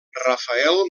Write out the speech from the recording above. rafael